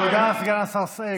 תודה, סגן השר קארה.